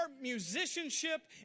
musicianship